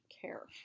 care